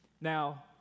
Now